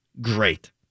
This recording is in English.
great